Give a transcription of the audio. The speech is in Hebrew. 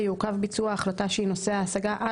יעוכב ביצוע ההחלטה שהיא נושא ההשגה עד